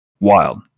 wild